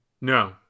No